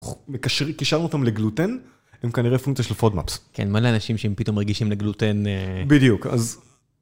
קשרנו אותם לגלוטן עם כנראה פונקציה של פודמאפס כן מלא אנשים שהם פתאום מרגישים לגלוטן בדיוק אז.